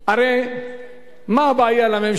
הרי מה הבעיה לממשלה,